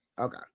Okay